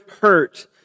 hurt